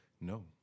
No